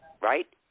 Right